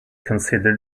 considered